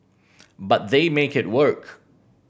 but they make it work